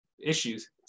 issues